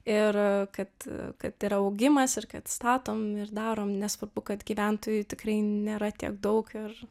ir kad kad yra augimas ir kad statom ir darom nesvarbu kad gyventojų tikrai nėra tiek daug ir